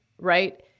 right